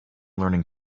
learning